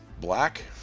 black